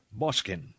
Boskin